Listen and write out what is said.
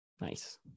Nice